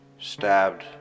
stabbed